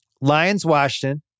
Lions-Washington